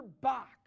box